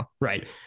right